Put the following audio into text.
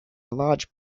large